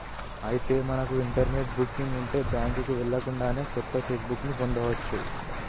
అయితే మనకు internet booking ఉంటే బ్యాంకుకు వెళ్ళకుండానే కొత్త చెక్ బుక్ ని పొందవచ్చు